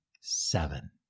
seven